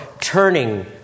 turning